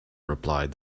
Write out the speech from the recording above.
replied